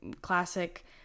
classic